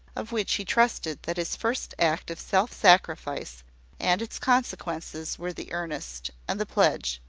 of which he trusted that his first act of self-sacrifice and its consequences were the earnest and the pledge.